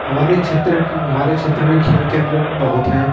हमारे क्षेत्र हमारे क्षेत्र में खेल केंद्र बहूत हैं